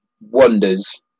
wonders